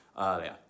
earlier